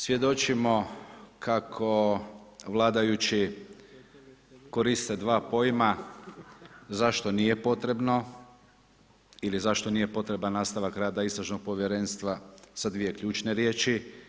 Svjedočimo kako vladajući koriste dva pojma zašto nije potrebno ili zašto nije potreban nastavak rada istražnog povjerenstva sa dvije ključne riječi.